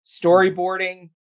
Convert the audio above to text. storyboarding